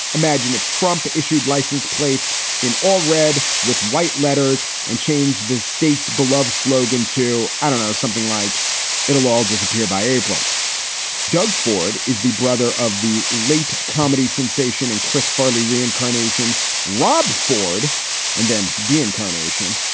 imagine if trump issued license plates in all red with white letters and changed the state's belove slogan to. i don't know, something like it will all disappear by april doug ford is the brother of the late comedy sensation and chris farley reincarnation rob ford and then dean incarnation.